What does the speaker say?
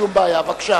תודה